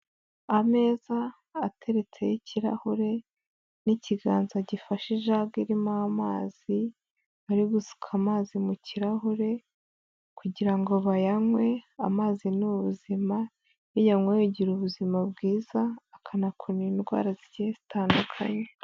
Ameza ateretseho ikirarahure n'ikiganza gifashe ijaga irimo amazi, ari gusuka amazi mu kirahure kugira ngo bayanywe, amazi ni ubuzima iyo uyanyweye ugira ubuzima bwiza akanakumira indwara zigiye zitandukanye.